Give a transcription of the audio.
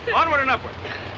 onward and upward.